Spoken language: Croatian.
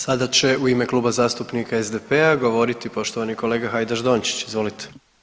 Sada će u ime Kluba zastupnika SDP-a govoriti poštovani kolega Hajdaš Dončić, izvolite.